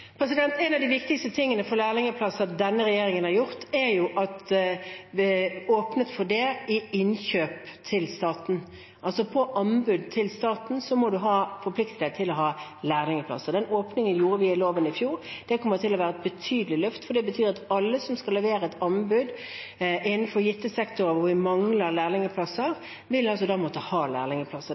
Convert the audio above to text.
En av de viktigste tingene denne regjeringen har gjort for lærlingplasser, er at vi åpnet for det i innkjøp til staten. På anbud til staten må man altså ha forpliktet seg til å ha lærlingplasser. Den åpningen gjorde vi i loven i fjor. Det kommer til å være et betydelig løft, for det betyr at alle som skal levere anbud innenfor gitte sektorer hvor vi mangler lærlingplasser, vil måtte ha